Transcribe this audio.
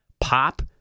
pop